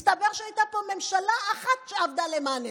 מסתבר שהייתה פה ממשלה אחת שעבדה למעננו.